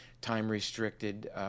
time-restricted